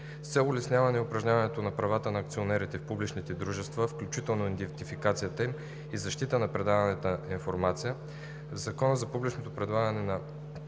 С цел улесняване упражняването на правата на акционерите в публични дружества, включително идентификацията им и защита на предаваната информация, в Закона за публичното предлагане на